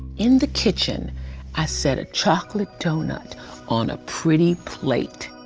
in the kitchen i set a chocolate doughnut on a pretty plate.